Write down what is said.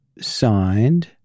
signed